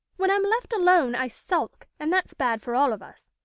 when i'm left alone i sulk, and that's bad for all of us.